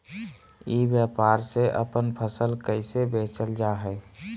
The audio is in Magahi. ई व्यापार से अपन फसल कैसे बेचल जा हाय?